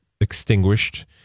extinguished